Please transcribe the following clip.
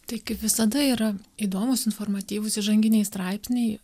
tai kaip visada yra įdomūs informatyvūs įžanginiai straipsniai